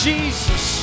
Jesus